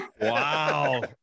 Wow